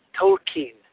Tolkien